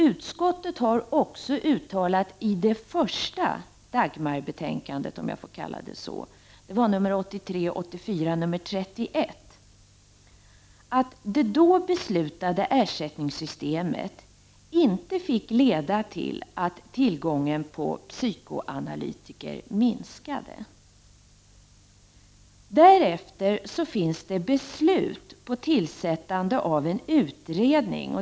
Utskottet har också uttalat i det första ”Dagmarbetänkandet”, 1983/84:31, att det då beslutade ersättningssystemet inte fick leda till att tillgången på psykoanalytiker minskade. Därefter finns beslut om tillsättande av en utredning.